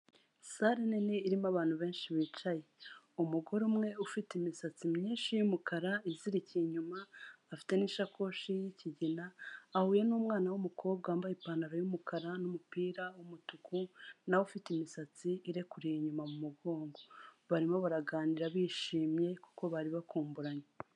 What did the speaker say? Sale nini irimo abantu benshi bicaye. Umugore umwe ufite imisatsi myinshi y'umukara izirikiye inyuma, afite n'isakoshi y'ikigina, ahuye n'umwana w'umukobwa wambaye ipantaro y'umukara n'umupira w'umutuku na we ufite imisatsi irekuriye inyuma mu mugongo. Barimo baraganira bishimye kuko bari bakumburanye.